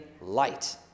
light